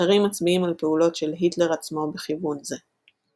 אחרים מצביעים על פעולות של היטלר עצמו בכיוון זה.